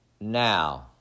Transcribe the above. Now